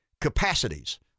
capacities